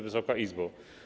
Wysoka Izbo!